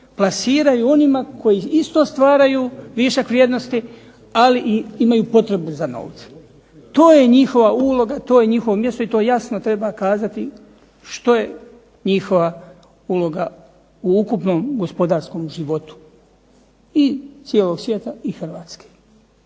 plasiraju onima koji isto stvaraju višak vrijednosti, ali i imaju potrebu za novcem. To je njihova uloga, to je njihovo mjesto i to jasno treba kazati što je njihova uloga u ukupnom gospodarskom životu, i cijelog svijeta i Hrvatske.